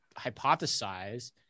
hypothesize